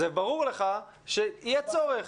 ברור לך שיהיה צורך.